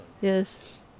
yes